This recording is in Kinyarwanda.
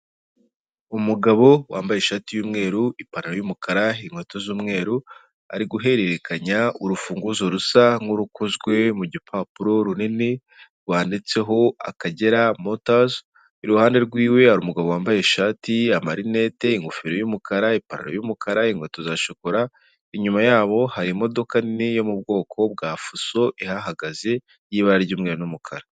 Umugabo wambaye ishati yumweru ipantaro y'umukara, inkweto z'umweru ari guhererekanya urufunguzo rusa nk'urukozwe mu gipapuro runini, rwanditseho akagera motazi, iruhande rwiwe hari umugabo wambaye ishati, amarinete, ingofero y'umukara, ipantaro y'umukara inkweto za shokora. Inyuma yabo hari imodoka nini yo mu bwoko bwa fuso ihagaze y'ibara ry'umweru n'umukara.